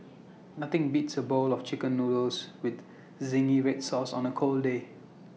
nothing beats A bowl of Chicken Noodles with Zingy Red Sauce on A cold day